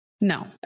No